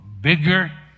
Bigger